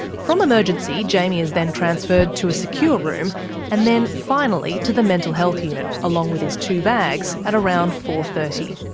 from emergency, jaimie is then transferred to a secure room and then finally to the mental health unit, along with his two bags, at around four thirty.